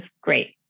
great